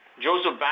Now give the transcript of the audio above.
Joseph